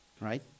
right